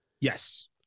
yes